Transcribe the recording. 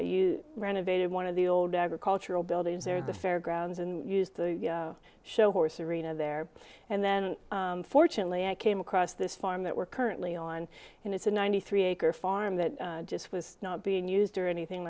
you renovated one of the old agricultural buildings there the fairgrounds and used the show horse arena there and then fortunately i came across this farm that we're currently on and it's a ninety three acre farm that just was not being used or anything